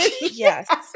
yes